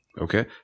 Okay